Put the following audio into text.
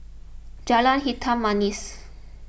Jalan Hitam Manis